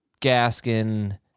Gaskin